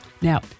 Now